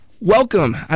welcome